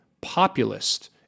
populist